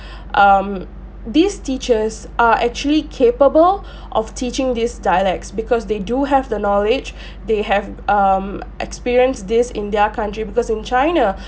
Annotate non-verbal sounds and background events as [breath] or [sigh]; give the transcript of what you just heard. [breath] um these teachers are actually capable [breath] of teaching these dialects because they do have the knowledge [breath] they have um experience this in their country because in china